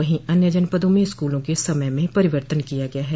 वहीं अन्य जनपदों में स्कूलों के समय में परिवर्तन किया गया है